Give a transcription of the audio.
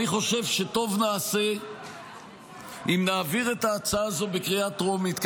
אני חושב שטוב נעשה אם נעביר את ההצעה הזאת בקריאה טרומית,